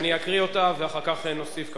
אני אקריא אותה, ואחר כך נוסיף כמובן.